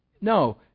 No